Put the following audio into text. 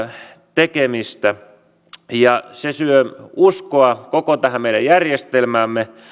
tekemistä se syö uskoa koko tähän meidän järjestelmäämme